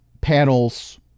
panels